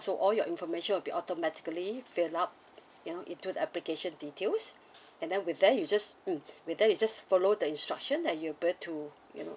so all your information will be automatically fill up you know into the application details and then with that you just mm with that you just follow the instruction and you ~ble to you know